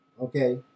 Okay